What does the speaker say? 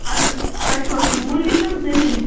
اَدٕ تۄہہِ چھُوا سُہ مٔلی ہٮ۪ون زٔمیٖن